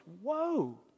Whoa